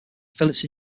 phillips